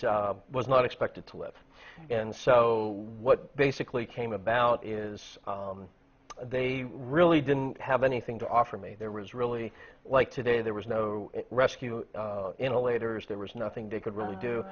was not expected to live and so what basically came about is they really didn't have anything to offer me there was really like today there was no rescue inhalators there was nothing they could really do